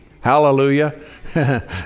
hallelujah